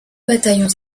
bataillons